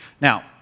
Now